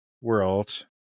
World